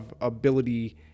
ability